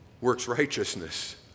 works-righteousness